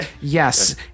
yes